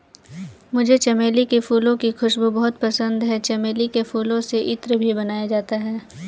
मुझे चमेली के फूलों की खुशबू बहुत पसंद है चमेली के फूलों से इत्र भी बनाया जाता है